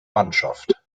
mannschaft